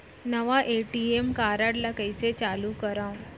नवा ATM card ल कइसे चालू करव?